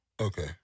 Okay